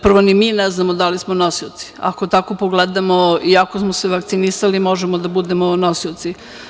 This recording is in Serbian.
Prvo ni mi ne znamo da li smo nosioci, ako tako pogledamo i ako smo se vakcinisali možemo da budemo nosioci.